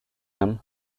him